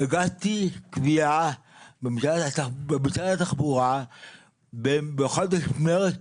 העובדה היא שהגשתי קבילה במשרד התחבורה בחודש מרץ